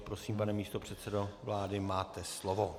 Prosím, pane místopředsedo vlády, máte slovo.